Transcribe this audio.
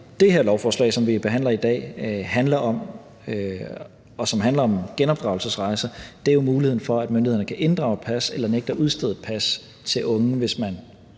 det her lovforslag, som vi behandler i dag, handler om, og som handler om genopdragelsesrejser, er jo muligheden for, at myndighederne kan inddrage et pas eller nægte at udstede et pas til unge, hvis man